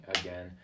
again